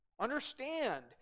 Understand